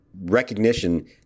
recognition